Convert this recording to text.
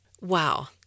Wow